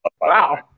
Wow